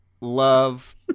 love